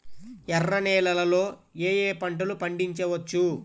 ఎర్ర నేలలలో ఏయే పంటలు పండించవచ్చు?